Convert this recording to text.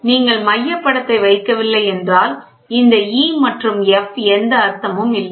எனவே நீங்கள் மையப் படத்தை வைக்கவில்லை என்றால் இந்த E மற்றும் F எந்த அர்த்தமும் இல்லை